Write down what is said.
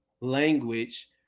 language